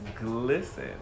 glisten